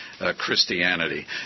christianity